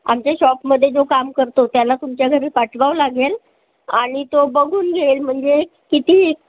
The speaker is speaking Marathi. आमच्या शॉपमध्ये जो काम करतो त्याला तुमच्या घरी पाठवावं लागेल आणि तो बघून घेईल म्हणजे किती